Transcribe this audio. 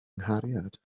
nghariad